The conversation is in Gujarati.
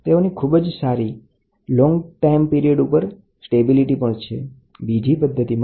તેઓની ખૂબ જ સારી લાંબા સમયગાળા ઉપર પણ સ્થિરતા છે